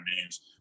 names